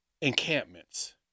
encampments